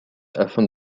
afin